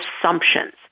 assumptions